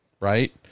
Right